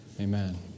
Amen